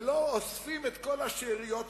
ולא אוספים את כל השאריות מהשולחן,